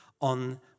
on